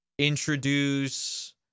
introduce